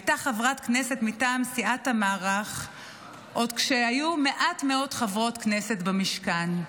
הייתה חברת כנסת מטעם סיעת המערך עוד כשהיו מעט מאוד חברות כנסת במשכן.